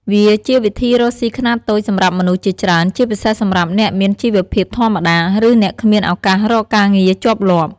វាជាវិធីរកស៊ីខ្នាតតូចសម្រាប់មនុស្សជាច្រើន ជាពិសេសសម្រាប់អ្នកមានជីវភាពធម្មតា ឬអ្នកគ្មានឱកាសរកការងារជាប់លាប់។